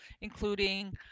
including